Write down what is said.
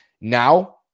Now